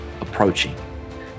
approaching